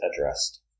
addressed